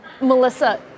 Melissa